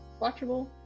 watchable